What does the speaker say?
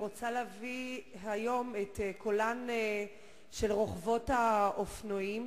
אני רוצה להביא היום את קולן של רוכבות האופנועים,